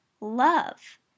love